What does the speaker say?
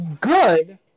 good